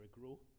grow